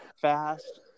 fast